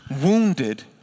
wounded